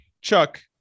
Chuck